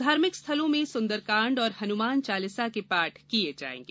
धार्मिक स्थलों में सुन्दरकाण्ड और हनुमान चालिसा के पाठ किये जाएंगे